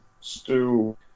stew